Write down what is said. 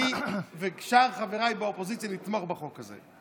אני ושאר חבריי באופוזיציה נתמוך בחוק הזה.